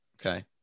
okay